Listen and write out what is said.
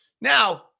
Now